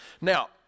Now